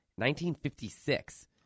1956